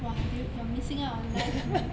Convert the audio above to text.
!wah! dude you're missing out on life man